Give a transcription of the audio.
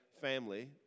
family